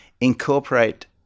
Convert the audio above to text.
incorporate